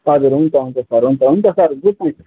हजुर हुन्छ हुन्छ सर हुन्छ हुन्छ हुन्छ सर गुड नाइट